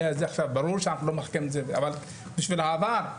אבל בשביל העבר,